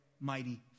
mighty